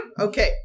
Okay